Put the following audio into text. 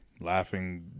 laughing